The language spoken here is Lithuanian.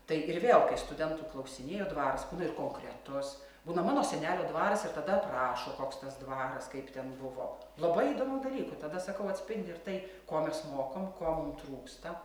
tai ir vėl kai studentų klausinėjo dvaras nu ir konkretus būna mano senelio dvaras ir tada aprašo koks tas dvaras kaip ten buvo labai įdomių dalykų tada sakau atspindi ir tai ko mes mokomoe ko mum trūksta